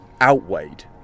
outweighed